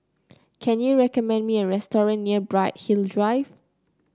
can you recommend me a restaurant near Bright Hill Drive